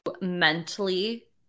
mentally